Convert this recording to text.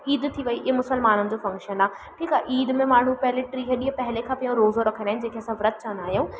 ईद थी वई हीउ मुस्लमान जो फंक्शन आहे ठीकु आहे ईद में माण्हू पहिले टीह ॾींहुं पहिले खां पियो रोज़ो रखंदा आहिनि जंहिंखे असां वृत चवंदा आहियूं